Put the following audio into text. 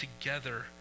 together